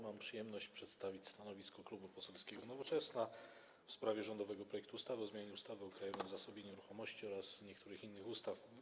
Mam przyjemność przedstawić stanowisko Klubu Poselskiego Nowoczesna w sprawie rządowego projektu ustawy o zmianie ustawy o Krajowym Zasobie Nieruchomości oraz niektórych innych ustaw.